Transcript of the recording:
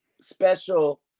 special